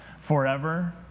forever